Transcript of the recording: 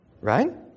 right